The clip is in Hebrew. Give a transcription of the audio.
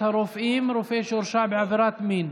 הרופאים (רופא שהורשע בעבירת מין).